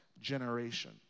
generation